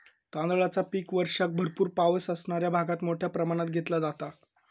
तांदळाचा पीक वर्षाक भरपूर पावस असणाऱ्या भागात मोठ्या प्रमाणात घेतला जाता